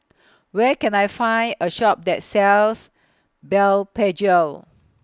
Where Can I Find A Shop that sells Blephagel